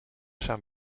zijn